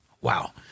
Wow